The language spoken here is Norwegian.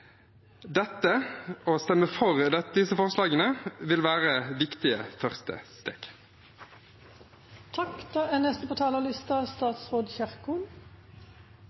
Å stemme for disse forslagene vil være et viktig første steg.